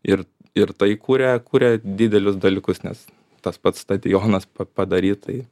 ir ir tai kuria kuria didelius dalykus nes tas pats stadionas padaryt tai